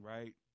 Right